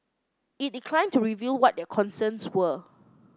it declined to reveal what their concerns were